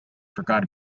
forgot